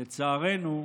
לצערנו,